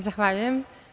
Zahvaljujem.